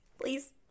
Please